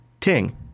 Ting